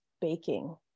baking